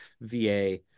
VA